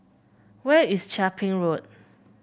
where is Chia Ping Road